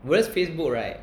whereas Facebook right